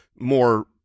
more